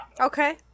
Okay